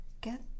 get